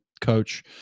coach